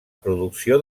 producció